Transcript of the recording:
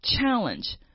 challenge